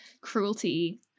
cruelty